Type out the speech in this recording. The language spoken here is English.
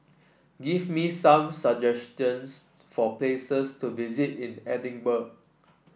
give me some suggestions for places to visit in Edinburgh